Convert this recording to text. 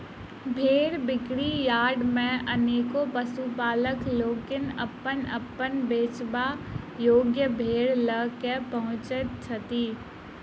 भेंड़ बिक्री यार्ड मे अनेको पशुपालक लोकनि अपन अपन बेचबा योग्य भेंड़ ल क पहुँचैत छथि